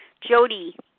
Jody